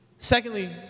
Secondly